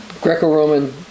Greco-Roman